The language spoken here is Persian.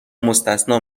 مستثنی